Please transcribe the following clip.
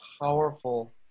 powerful